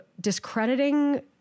discrediting